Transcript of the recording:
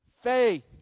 faith